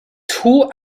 two